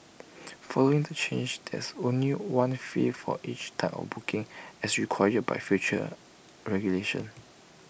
following the changes there is only one fee for each type of booking as required by future regulations